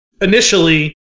initially